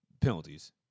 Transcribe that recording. penalties